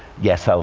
yes, i'll,